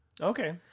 okay